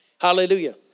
Hallelujah